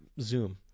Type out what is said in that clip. Zoom